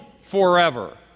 forever